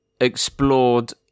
explored